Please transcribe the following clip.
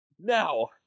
Now